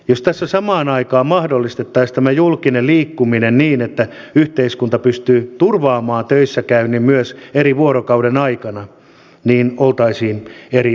jos tässä samaan aikaan mahdollistettaisiin tämä julkinen liikkuminen niin että yhteiskunta pystyy turvaamaan töissä käynnin myös eri vuorokauden aikoina niin oltaisiin eri asemassa